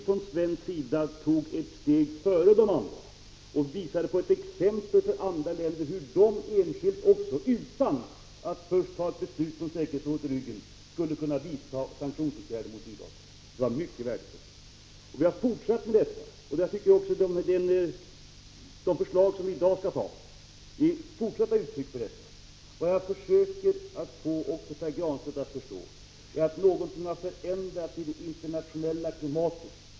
Från svensk sida tog vi ett steg före de andra länderna och visade med ett exempel hur också de, utan att ha ett beslut av säkerhetsrådet i ryggen, kunde vidta åtgärder mot Sydafrika. Detta var mycket värdefullt. Vi har fortsatt på samma vis, och de förslag som vi i dag skall besluta om är nya uttryck för detta arbetssätt. Det jag har försökt få Pär Granstedt att förstå är att någonting har förändrats i det internationella klimatet.